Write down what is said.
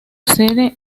sede